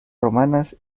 romanas